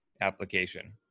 Application